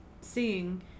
seeing